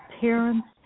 parent's